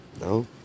No